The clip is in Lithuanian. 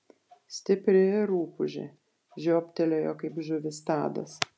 stipri rupūžė žiobtelėjo kaip žuvis tadas